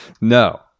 No